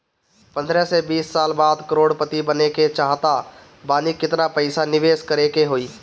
पंद्रह से बीस साल बाद करोड़ पति बने के चाहता बानी केतना पइसा निवेस करे के होई?